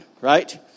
right